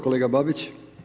Kolega Babić.